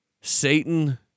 Satan